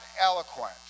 eloquent